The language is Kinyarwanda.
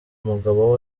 umugabo